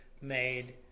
made